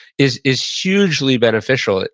is is hugely beneficial,